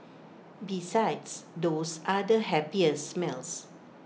besides those are the happiest smells